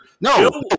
no